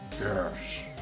yes